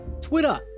twitter